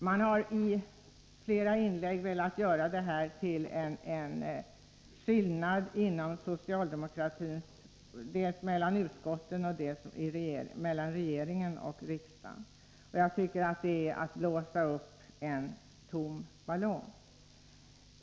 Man har i flera inlägg velat göra gällande att det föreligger en skillnad dels inom utskottet, dels mellan regeringen och riksdagen. Det är som att blåsa upp en ballong, som inte innehåller någonting.